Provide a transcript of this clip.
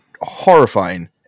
horrifying